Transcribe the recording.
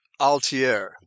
Altier